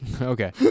Okay